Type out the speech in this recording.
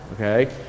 okay